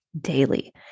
daily